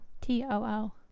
T-O-O